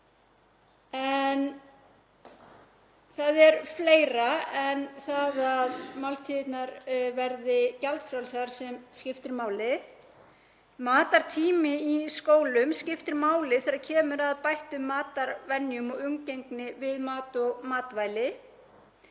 En það er fleira en það að máltíðirnar verði gjaldfrjálsar sem skiptir máli. Matartími í skólum skiptir máli þegar kemur að bættum matarvenjum og umgengni við mat og matvæli.